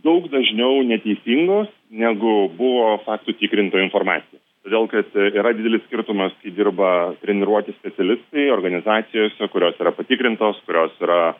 daug dažniau neteisingos negu buvo faktų tikrintojų informacija todėl kad yra didelis skirtumas kai dirba treniruoti specialistai organizacijose kurios yra patikrintos kurios yra